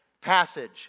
passage